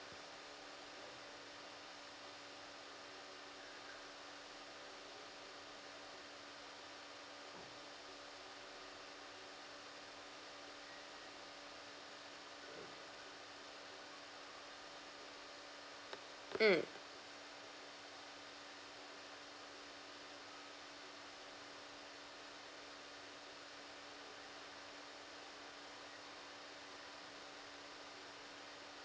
mm